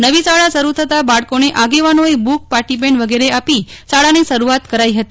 નવી શાળા શરૂ થતાં બાળકોને આગેવાનોએ બુક પાટીપેન વગેરે આપી શાળાની શરૂઆત કરાઇ ફતી